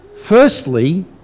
Firstly